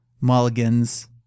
mulligans